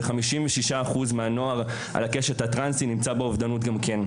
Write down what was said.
ו-56% מהנוער על הקשת הטרנסית נמצא באובדנות גם כן.